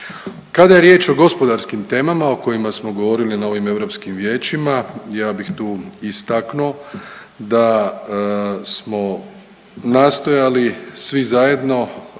Kada je riječ o gospodarskim temama o kojima smo govorili na ovim europskim vijećima, ja bih tu istaknuo da smo nastojali svi zajedno